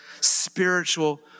spiritual